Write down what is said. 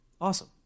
awesome